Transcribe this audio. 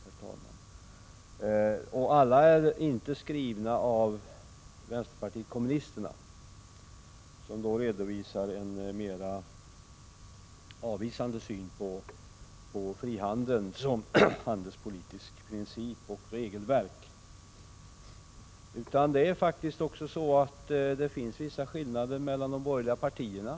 Alla reservationer är inte skrivna av vänsterpartiet kommunisterna, som redovisar en mera avvisande syn på frihandeln som handelspolitisk princip och handelspolitiskt regelverk. Det finns faktiskt vissa skillnader mellan de borgerliga partierna.